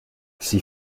see